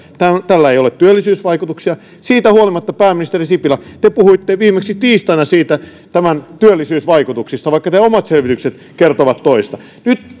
tällä ei ole työllisyysvaikutuksia siitä huolimatta pääministeri sipilä te puhuitte viimeksi tiistaina tämän työllisyysvaikutuksista vaikka teidän omat selvityksenne kertovat toista nyt